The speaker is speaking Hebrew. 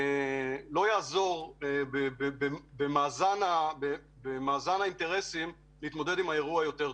לא יעזור להתמודד עם האירוע יותר טוב.